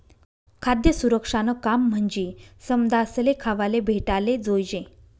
खाद्य सुरक्षानं काम म्हंजी समदासले खावाले भेटाले जोयजे